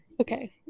Okay